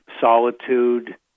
solitude